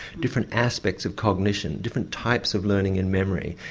different aspects of cognition, different types of learning and memory,